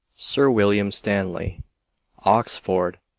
sir william stanley oxford,